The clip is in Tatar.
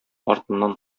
артыннан